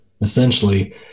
essentially